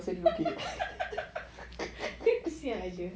tapi macam siak jer